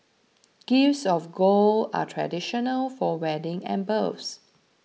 gifts of gold are traditional for wedding and births